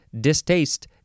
distaste